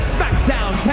SmackDown